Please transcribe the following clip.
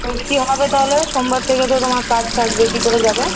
শুঁটকি হবে তাহলে সোমবার থেকে তো তোমার কাজ থাকবে কী করে যাবে